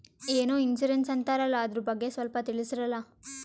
ಏನೋ ಇನ್ಸೂರೆನ್ಸ್ ಅಂತಾರಲ್ಲ, ಅದರ ಬಗ್ಗೆ ಸ್ವಲ್ಪ ತಿಳಿಸರಲಾ?